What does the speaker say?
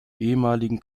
ehemaligen